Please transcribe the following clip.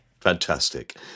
Fantastic